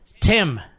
Tim